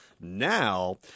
now